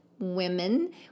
women